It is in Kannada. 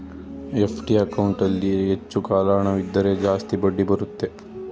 ಎಫ್.ಡಿ ಅಕೌಂಟಲ್ಲಿ ಹೆಚ್ಚು ಕಾಲ ಹಣವಿದ್ದರೆ ಜಾಸ್ತಿ ಬಡ್ಡಿ ಬರುತ್ತೆ